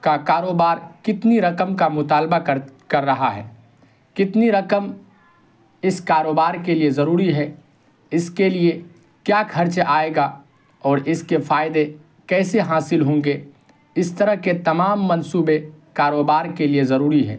کا کاروبار کتنی رقم کا مطالبہ کر کر رہا ہے کتنی رقم اس کاروبار کے لیے ضروری ہے اس کے لیے کیا خرچ آئے گا اور اس کے فائدے کیسے حاصل ہوں گے اس طرح کے تمام منصوبے کاروبار کے لیے ضروری ہیں